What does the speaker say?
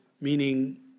meaning